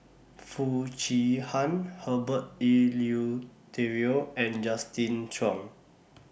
Foo Chee Han Herbert Eleuterio and Justin Zhuang